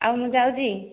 ଆଉ ମୁଁ ଯାଉଛି